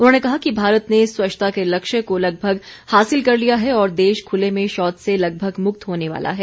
उन्होंने कहा कि भारत ने स्वच्छता के लक्ष्य को लगभग हासिल कर लिया है और देश खुले में शौच से लगभग मुक्त होने वाला है